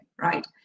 right